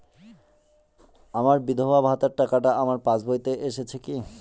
আমার বিধবা ভাতার টাকাটা আমার পাসবইতে এসেছে কি?